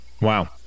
Wow